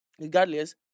regardless